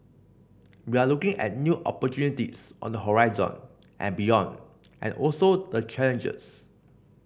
we are looking at new opportunities on the horizon and beyond and also the challenges